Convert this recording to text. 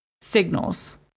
signals